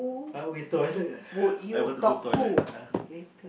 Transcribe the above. I always toilet ah I want to go toilet ah